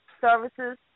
services